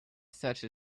searched